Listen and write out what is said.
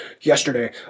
yesterday